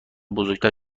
بزرگتر